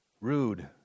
Rude